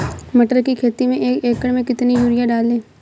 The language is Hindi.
मटर की खेती में एक एकड़ में कितनी यूरिया डालें?